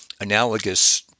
analogous